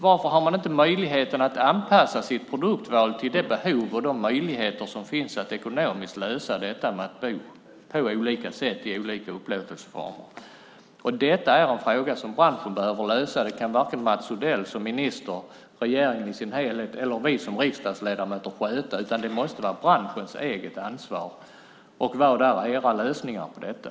Varför har man inte möjligheten att anpassa sitt produkturval till de behov och möjligheter som finns att ekonomiskt lösa detta med att bo på olika sätt i olika upplåtelseformer? Detta är en fråga som branschen behöver lösa. Det kan varken Mats Odell som minister, regeringen i sin helhet eller vi som riksdagsledamöter sköta, utan det måste vara branschens eget ansvar. Vad är era lösningar på detta?